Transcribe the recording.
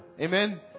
Amen